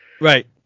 Right